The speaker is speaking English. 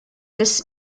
this